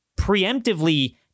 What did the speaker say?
preemptively